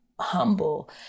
humble